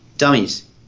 Dummies